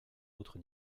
autres